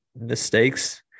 mistakes